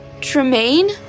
Tremaine